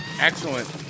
Excellent